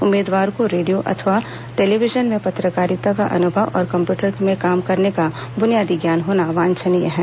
उम्मीदवार को रेडियो अथवा टेलीविजन में पत्रकारिता का अनुभव और कम्प्यूटर में काम करने का बुनियादी ज्ञान होना वांछनीय है